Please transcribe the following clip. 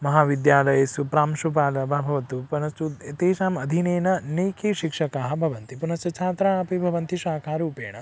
महाविद्यालयेषु प्रांशुपालः वा भवतु परन्तु एतेषाम् अधीनेन नैकाः शिक्षकाः भवन्ति पुनश्च छात्राः अपि भवन्ति शाकारूपेण